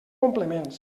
complements